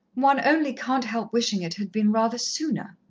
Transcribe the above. one only can't help wishing it had been rather sooner.